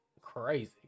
crazy